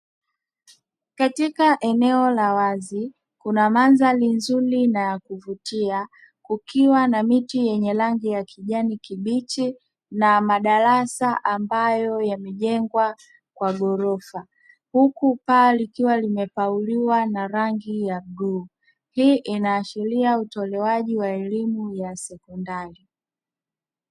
Katika eneo la wazi kuna mandhari nzuri na ya kuvutia, kukiwa na miti yenye rangi ya kijani kibichi na madarasa ambayo yamejengwa kwa ghorofa, huku paa likiwa limepauliwa na rangi ya bluu. Hii inashiria utolewaji wa elimu ya sekondari.